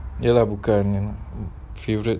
ya lah bukan favourite